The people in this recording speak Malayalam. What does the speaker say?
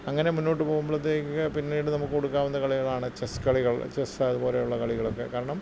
അങ്ങനെ മുന്നോട്ട് പോകുമ്പോഴത്തേക്ക് പിന്നീട് നമുക്ക് കൊടുക്കാവുന്ന കളികളാണ് ചെസ്സ് കളികൾ ചെസ്സ് അതുപോലെയുള്ള കളികളൊക്കെ കാരണം